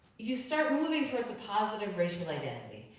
you start moving towards a positive racial identity.